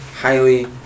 highly